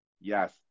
Yes